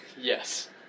Yes